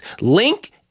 Link